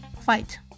Fight